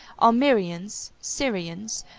armenians, syrians,